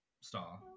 star